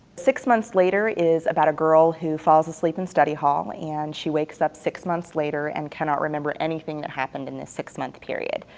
six months later is about a girl who falls asleep in study hall and she wakes up six months later and cannot remember anything that happened in that six month period,